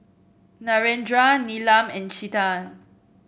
Narendra Neelam and Chetan